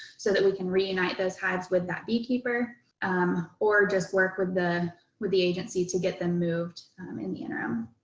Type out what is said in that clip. so that we can reunite those hives with that beekeeper or just work, with the with the agency to get them moved in the interim.